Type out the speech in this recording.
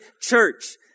church